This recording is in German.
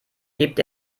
hebt